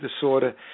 disorder